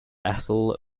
ethel